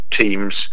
teams